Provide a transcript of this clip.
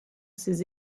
ses